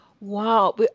Wow